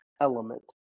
element